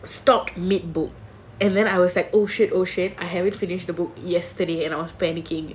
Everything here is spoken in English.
stopped mid book and then I was like oh shit oh shit I haven't finished the book yesterday and I was panicking